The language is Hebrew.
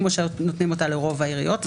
כמו שנותנים אותה לרוב העיריות.